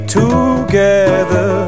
together